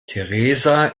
theresa